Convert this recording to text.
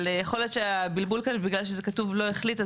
יכול להיות שהבלבול כאן נובע מכך שכתוב לא החליט.